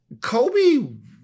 Kobe